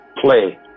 play